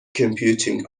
computing